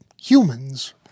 humans